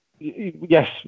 Yes